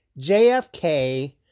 JFK